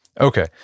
Okay